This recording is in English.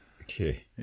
Okay